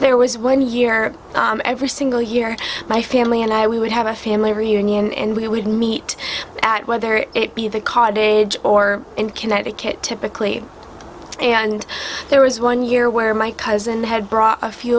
there was one year every single year my family and i we would have a family reunion and we would meet at whether it be the cottage or in connecticut typically and there was one year where my cousin had